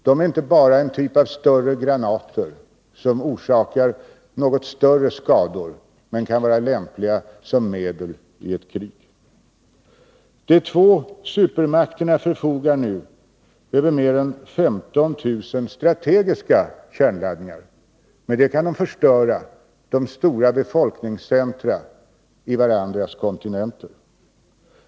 De är inte bara en typ av större granater som Om Sveriges ageorsakar något större skador men kan vara lämpliga som medel i ett krig. De rande i det intertvå supermakterna förfogar nu över mer än 15 000 strategiska kärnladdningnationella nedrustar. Därmed kan de förstöra de stora befolkningscentra på varandras ningsarbetet kontinenter.